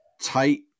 tight